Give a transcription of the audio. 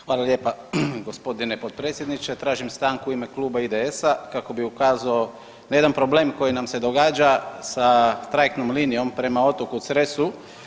Hvala lijepa g. potpredsjedniče, tražim stanku u ime Kluba IDS-a kako bi ukazao na jedan problem koji nam se događa sa trajektnom linijom prema otoku Cresu.